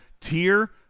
tier